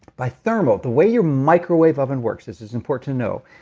by thermal, the way your microwave oven works, this is important to know,